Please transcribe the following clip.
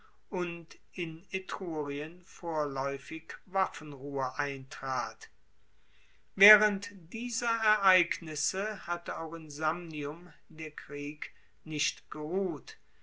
und in etrurien vorlaeufig waffenruhe eintrat waehrend dieser ereignisse hatte auch in samnium der krieg nicht geruht